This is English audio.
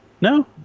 no